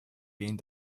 being